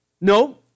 No